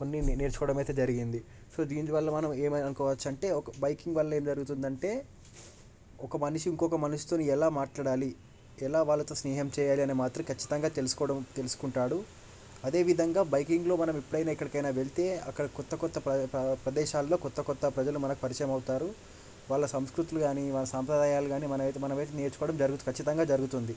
కొన్ని నేను నేర్చుకోవడమైతే జరిగింది సో దీనివల్ల మనం ఏమనుకోవచ్చు అంటే ఒక బైకింగ్ వల్ల ఏం జరుగుతుంది అంటే ఒక మనిషి ఇంకొక మనిషితోని ఎలా మాట్లాడాలి ఎలా వాళ్ళతో స్నేహం చేయాలని మాత్రం ఖచ్చితంగా తెలుసుకోవడం తెలుసుకుంటాడు అదేవిధంగా బైకింగ్లో మనం ఎప్పుడైనా ఎక్కడికైనా వెళ్తే అక్కడ కొత్త కొత్త ప్ర ప్ర ప్రదేశాల్లో కొత్త కొత్త ప్రజలు మనకు పరిచయం అవుతారు వాళ్ళ సంస్కృతులు కాని వాళ్ళ సంప్రదాయాలు గానీ మనమైతే మనమైతే నేర్చుకోవడం జరుగుతుంది ఖచ్చితంగా జరుగుతుంది